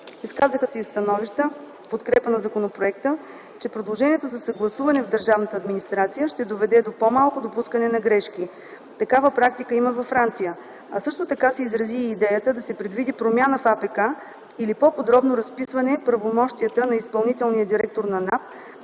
Изказаха се и становища в подкрепа на законопроекта, че предложението за съгласуване в държавната администрация ще доведе до по-малко допускане на грешки. Такава практика има във Франция. А също така се изрази и идеята да се предвиди промяна в АПК или по-подробно разписване правомощията на изпълнителния директор на